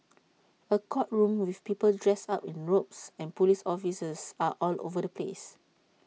A courtroom with people dressed up in robes and Police officers all over the place